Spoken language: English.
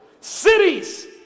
Cities